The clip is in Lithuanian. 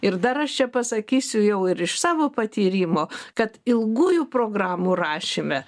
ir dar aš čia pasakysiu jau ir iš savo patyrimo kad ilgųjų programų rašyme